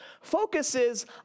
focuses